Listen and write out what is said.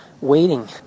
waiting